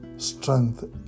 strength